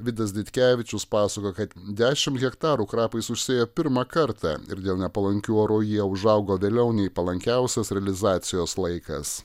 vidas ditkevičius pasakojo kad dešimt hektarų krapais užsėjo pirmą kartą ir dėl nepalankių orų jie užaugo vėliau nei palankiausias realizacijos laikas